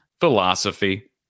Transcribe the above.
Philosophy